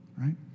right